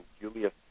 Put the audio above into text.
Julius